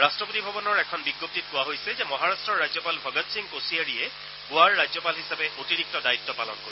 ৰট্টপতি ভৱনৰ এখন বিজ্ঞপ্তিত কোৱা হৈছে যে মহাৰাট্টৰ ৰাজ্যপাল ভগৎ সিং কোছিয়াৰিয়ে গোৱাৰ ৰাজ্যপাল হিচাপে অতিৰিক্ত দায়িত্ব পালন কৰিব